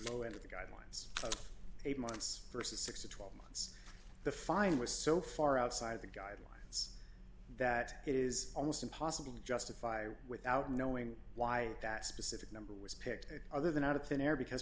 no end of the guidelines eight months versus six to twelve months the fine was so far outside the guidelines that it is almost impossible to justify without knowing why that specific number was picked other than out of thin air because